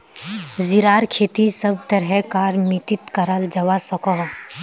जीरार खेती सब तरह कार मित्तित कराल जवा सकोह